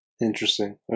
Interesting